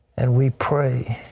and we pray.